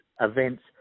events